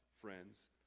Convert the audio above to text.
friends